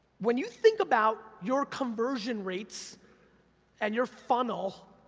when you think about your conversion rates and your funnel,